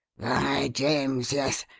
by james! yes.